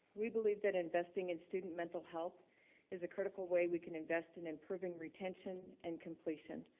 we believe that investing in student mental health is a critical way we can invest in improving retention and completion,